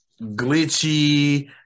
glitchy